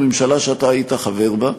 בממשלה שאתה היית חבר בה,